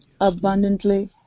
abundantly